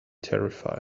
terrified